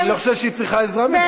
אני לא חושב שהיא צריכה עזרה ממך,